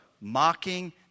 mocking